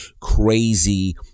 crazy